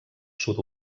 sud